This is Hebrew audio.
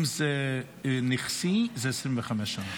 אם זה נכסי, זה 25 שנה.